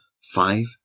five